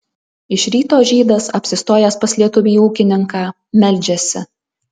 iš ryto žydas apsistojęs pas lietuvį ūkininką meldžiasi